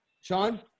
Sean